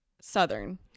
southern